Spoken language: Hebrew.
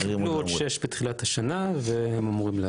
אחרים --- הם קיבלו עוד שש בתחילת השנה,